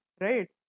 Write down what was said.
right